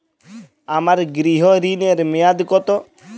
আমার গৃহ ঋণের মেয়াদ কত?